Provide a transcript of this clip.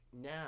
now